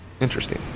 Interesting